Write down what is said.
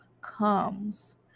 comes